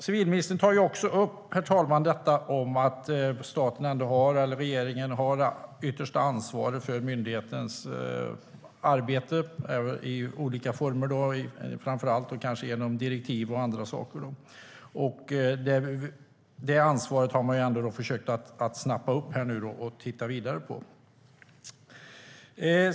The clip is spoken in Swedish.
Civilministern tar också upp att staten eller regeringen ändå har det yttersta ansvaret för myndighetens arbete i olika former, kanske framför allt genom direktiv och annat. Det ansvaret har man nu försökt snappa upp och titta vidare på.